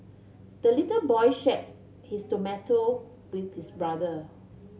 the little boy shared his tomato with his brother